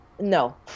No